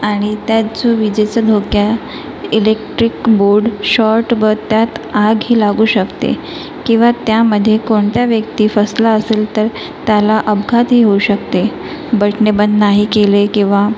आणि त्यात जो विजेचं धोक्या इलेक्ट्रिक बोर्ड शॉर्ट व त्यात आग ही लागू शकते किंवा त्यामध्ये कोणत्या वेक्ती फसला असेल तर त्याला अपघातही होऊ शकते बटणे बंद नाही केले किंवा